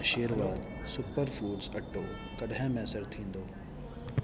आशीर्वाद super foods अटो कॾहिं मुयसरु थींदो